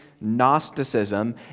Gnosticism